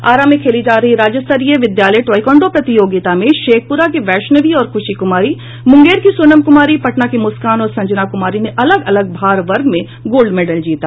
आरा में खेली जा रही राज्य स्तरीय विद्यालय ताइक्वांडों प्रतियोगिता में शेखपुरा की वैष्णवी और ख़ुशी कुमारी मुंगेर की सोनम कुमारी पटना की मुस्कान और संजना कुमारी ने अलग अलग भार वर्ग में गोल्ड मेडल जीता